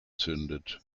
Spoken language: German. zündet